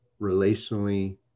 relationally